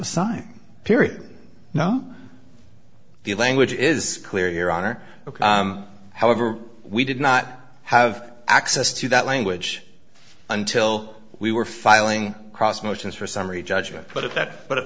sign period now the language is clear your honor however we did not have access to that language until we were filing cross motions for summary judgment but at that but at